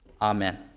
Amen